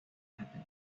happen